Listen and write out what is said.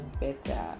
better